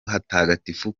hatagatifu